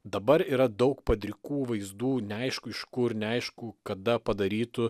dabar yra daug padrikų vaizdų neaišku iš kur neaišku kada padarytų